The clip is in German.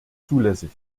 zulässig